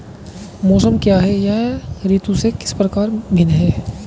मौसम क्या है यह ऋतु से किस प्रकार भिन्न है?